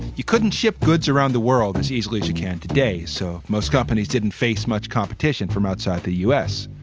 you couldn't ship goods around the world as easily as you can today. so most companies didn't face much competition from outside the u s.